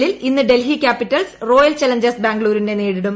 എല്ലിൽ ഇന്ന് Delhi Capitals Royal Challengers ബാംഗ്ലൂരിനെ നേരിടും